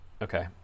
Okay